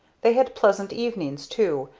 they had pleasant evenings too,